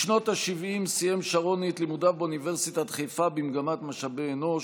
בשנות השבעים סיים שרוני את לימודיו באוניברסיטת חיפה במגמת משאבי אנוש,